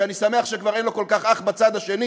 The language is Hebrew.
שאני שמח שכבר אין לו כל כך אח בצד השני,